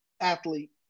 athlete